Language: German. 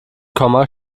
komma